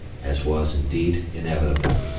as was indeed inevitable.